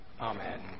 Amen